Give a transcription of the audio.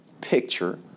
picture